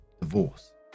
divorce